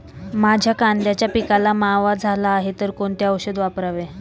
माझ्या कांद्याच्या पिकाला मावा झाला आहे तर कोणते औषध वापरावे?